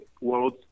world